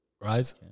right